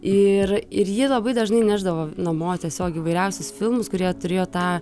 ir ir ji labai dažnai nešdavo namo tiesiog įvairiausius filmus kurie turėjo tą